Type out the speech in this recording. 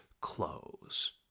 clothes